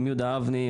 עם יהודה אבני,